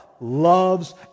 loves